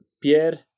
Pierre